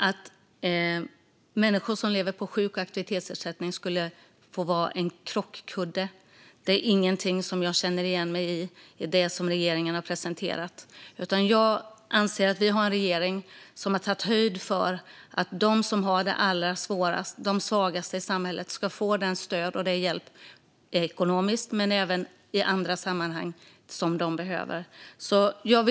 Att människor som lever på sjuk och aktivitetsersättning skulle få agera krockkudde är inget jag känner igen mig i när det gäller det regeringen har presenterat. Jag anser att vi har en regering som har tagit höjd för att de som har det allra svårast, de svagaste i samhället, ska få det stöd och den hjälp de behöver, både ekonomiskt och på andra sätt.